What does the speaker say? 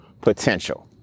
potential